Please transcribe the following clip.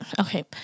okay